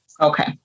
Okay